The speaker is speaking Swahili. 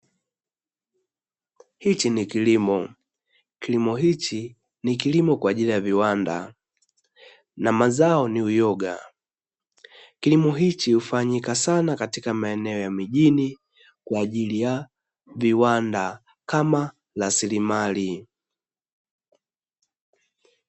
Hichi ni kilimo, kilimo hichi ni kilimo kwa ajili ya viwanda, na mazao ni uyoga. Kilimo hichi hufanyika sana katika maeneo ya mijini kwa ajili ya viwanda kama rasilimali.